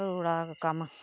रोड़ा दा कम्म